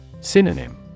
Synonym